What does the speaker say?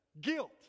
Guilt